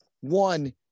One